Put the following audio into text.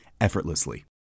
effortlessly